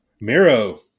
Miro